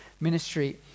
ministry